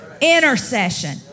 intercession